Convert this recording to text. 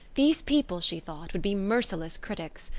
these people, she thought, would be merciless critics.